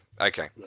Okay